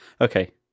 Okay